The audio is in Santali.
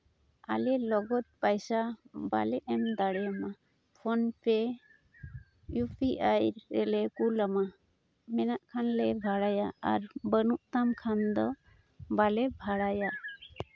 ᱟᱞᱮ ᱞᱚᱜᱚᱫ ᱯᱚᱭᱥᱟ ᱵᱟᱞᱮ ᱮᱢ ᱫᱟᱲᱮᱭᱟᱢᱟ ᱯᱷᱳᱱᱼᱯᱮ ᱤᱭᱩ ᱯᱤ ᱟᱭ ᱨᱮᱞᱮ ᱠᱩᱞ ᱟᱢᱟ ᱢᱮᱱᱟᱜ ᱠᱷᱟᱱᱞᱮ ᱵᱷᱟᱲᱟᱭᱟ ᱟᱨ ᱵᱟᱹᱱᱩᱜ ᱛᱟᱢ ᱠᱷᱟᱱ ᱫᱚ ᱵᱟᱞᱮ ᱵᱷᱟᱲᱟᱭᱟ